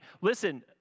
listen